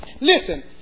Listen